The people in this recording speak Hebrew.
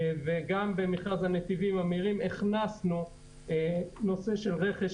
גם במכרז הנתיבים המהירים הכנסנו את נושא הרכש